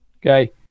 Okay